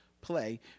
play